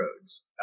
roads